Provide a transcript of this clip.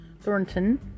Thornton